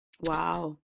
wow